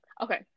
Okay